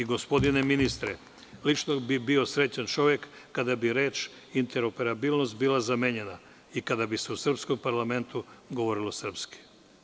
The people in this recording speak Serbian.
Gospodine ministre, lično bih bio srećan čovek kada bi reč „interoperabilnost“ bila zamenjena i kada bi se u srpskom parlamentu govorilo srpski.